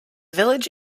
village